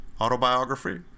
autobiography